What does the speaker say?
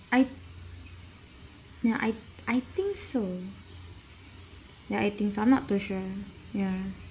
I ya I I think so ya I think so I'm not too sure ya